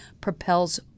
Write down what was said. propels